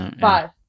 Five